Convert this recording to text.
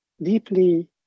deeply